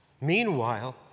Meanwhile